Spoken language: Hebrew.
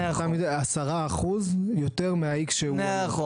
10% יותר מה-X שהוא היום.